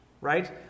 Right